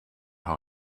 how